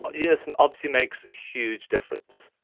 but unison obviously makes a huge difference.